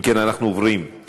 אם כן, אנחנו עוברים להצבעה,